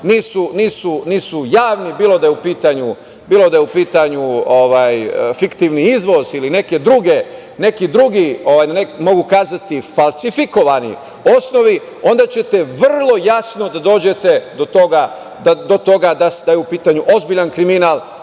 nisu javni, bilo da je u pitanju fiktivni izvoz ili neki drugi, mogu kazati falsifikovani osnovi, onda ćete vrlo jasno da dođete do toga da je u pitanju ozbiljan kriminal